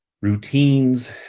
routines